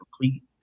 complete